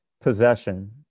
possession